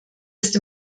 ist